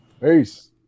peace